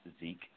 Zeke